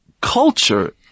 culture